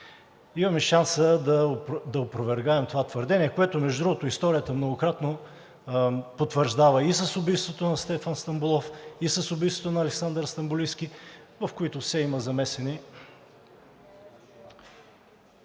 Имаме шанса да опровергаем това твърдение, което, между другото, историята многократно потвърждава – и с убийството на Стефан Стамболов, и с убийството на Александър Стамболийски, в които все има замесени